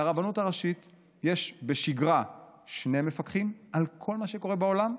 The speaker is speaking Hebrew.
לרבנות הראשית יש בשגרה שני מפקחים על כל מה שקורה בעולם,